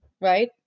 right